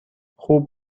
خوب